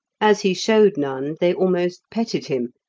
as he showed none, they almost petted him,